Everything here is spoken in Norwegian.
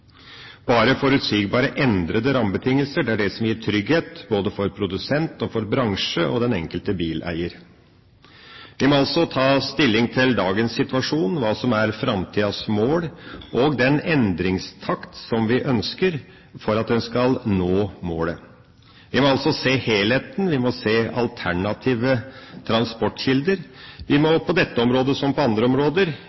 Bare forutsigbare endrede rammebetingelser gir trygghet for både produsent, bransje og den enkelte bileier. Vi må altså ta stilling til dagens situasjon, hva som er framtidas mål, og den endringstakt som vi ønsker for at en skal nå målet. Vi må se helheten, vi må se alternative transportkilder. Vi